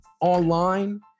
online